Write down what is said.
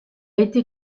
été